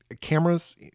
cameras